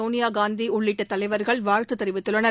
சோனியா காந்தி உள்ளிட்ட தலைவர்கள் வாழ்த்து தெரிவித்துள்ளனர்